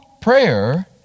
prayer